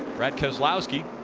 brad keselowski